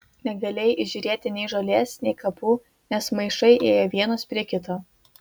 negalėjai įžiūrėti nei žolės nei kapų nes maišai ėjo vienas prie kito